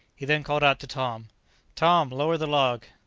he then called out to tom tom, lower the log!